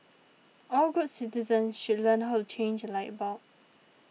all good citizens should learn how to change a light bulb